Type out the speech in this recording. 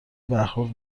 برخورد